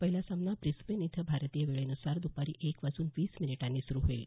पहिला सामना ब्रिस्बेन इथं भारतीय वेळेनुसार दुपारी एक वाजून वीस मिनिटांनी सुरु होईल